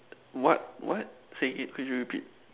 what what say again could you repeat